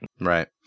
Right